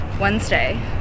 Wednesday